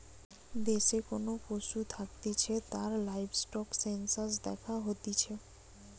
দেশে কোন পশু থাকতিছে তার লাইভস্টক সেনসাস দ্যাখা হতিছে